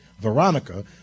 Veronica